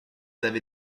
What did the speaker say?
avez